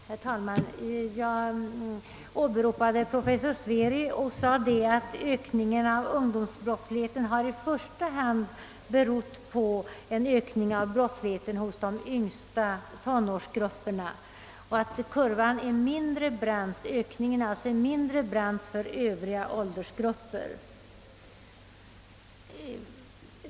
Herr talman! Jag åberopade professor Sveri och sade att ökningen av ungdomsbrottsligheten i första hand har berott på en ökning av brottsligheten hos de yngsta tonårsgrupperna och att kurvan är mindre brant, d.v.s. att ökningen är mindre, för övriga åldersgrupper.